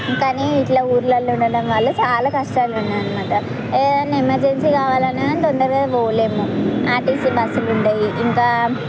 ఇంకా ఇట్లా ఊళ్ళలో ఉన్న వాళ్ళు చాలా కష్టాలు ఉన్నాయి అన్నమాట ఏమైనా ఎమర్జెన్సీ కావాలన్నా కానీ తొందరగా పోలేము ఆర్టిసీ బస్సులు ఉండవు ఇంకా